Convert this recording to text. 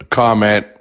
comment